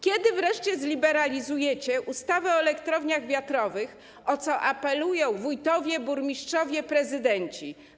Kiedy wreszcie zliberalizujecie ustawę o elektrowniach wiatrowych, o co apelują wójtowie, burmistrzowie, prezydenci?